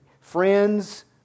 Friends